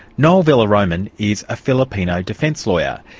noel vellaroman is a filipino defence lawyer.